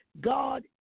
God